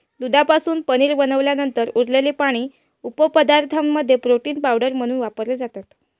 दुधापासून पनीर बनवल्यानंतर उरलेले पाणी उपपदार्थांमध्ये प्रोटीन पावडर म्हणून वापरले जाते